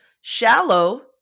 shallow